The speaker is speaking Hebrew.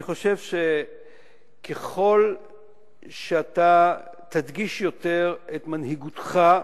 אני חושב שככל שאתה תדגיש יותר את מנהיגותך,